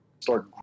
start